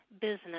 business